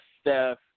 Steph